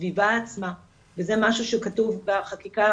בסביבה עצמה וזה משהו שהוא כתוב בחקיקה